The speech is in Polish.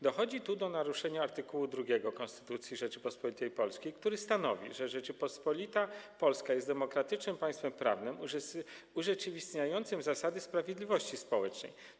Dochodzi tu do naruszenia art. 2 Konstytucji Rzeczypospolitej Polskiej, który stanowi, że Rzeczpospolita Polska jest demokratyczny państwem prawnym urzeczywistniającym zasady sprawiedliwości społecznej.